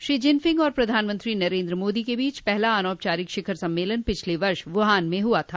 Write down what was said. Shri Jinping और प्रधानमंत्री नरेन्द्र मोदी के बीच पहला अनौपचारिक शिखर सम्मेलन पिछले वर्ष वुहान में हुआ था